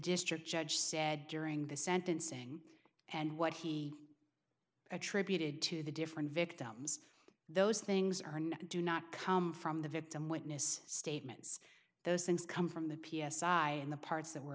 district judge said during the sentencing and what he attributed to the different victims those things are not do not come from the victim witness statements those things come from the p s i i in the parts that were